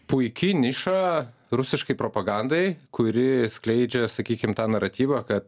puiki niša rusiškai propagandai kuri skleidžia sakykim tą naratyvą kad